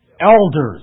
elders